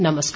नमस्कार